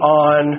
on